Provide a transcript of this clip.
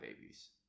babies